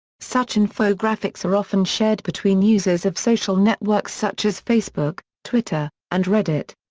such infographics are often shared between users of social networks such as facebook, twitter, and reddit.